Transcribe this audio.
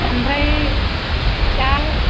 ओमफ्राय दा